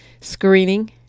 screening